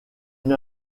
une